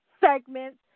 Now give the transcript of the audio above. segments